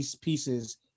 pieces